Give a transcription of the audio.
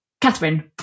catherine